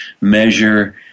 measure